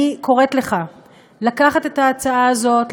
אני קוראת לך לקחת את ההצעה הזאת,